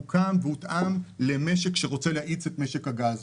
והותאם למשק שרוצה להאיץ את משק הגז.